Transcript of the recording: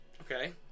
Okay